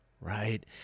right